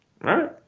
right